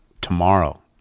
tomorrow